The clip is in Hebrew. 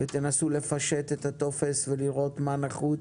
ותנסו לפשט את הטופס ולראות מה נחוץ,